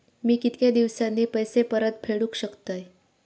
मी कीतक्या दिवसांनी पैसे परत फेडुक शकतय?